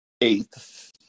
eighth